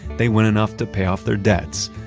they win enough to pay off their debts,